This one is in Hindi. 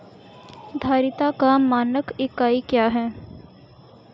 धारिता का मानक इकाई क्या है?